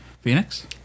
Phoenix